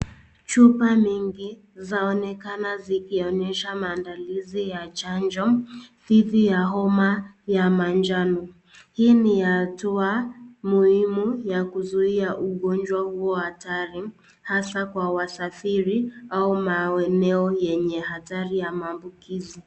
Chupa mingi zaonekana zikionyesha maandalizi ya chanjo dhidi ya homa ya manjano. Hii ni hatua muhimu ya kuzuia ugonjwa huo hatari hasa kwa wasafiri au maeneo yenye hatari ya maambukizi.